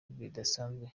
bidasanzwe